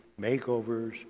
makeovers